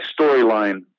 storyline